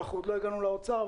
עוד לא הגענו לאוצר,